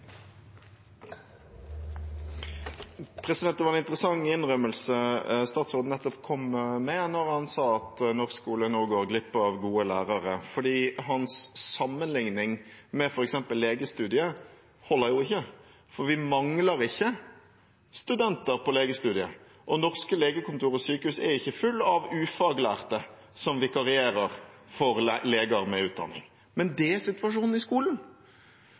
Det var en interessant innrømmelse statsråden nettopp kom med da han sa at norsk skole nå går glipp av gode lærere – hans sammenligning med f.eks. legestudiet holder jo ikke. Vi mangler ikke studenter på legestudiet, og norske legekontor og sykehus er ikke fulle av ufaglærte som vikarierer for leger med utdanning. Men det er situasjonen i skolen.